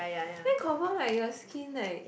then confirm like your skin like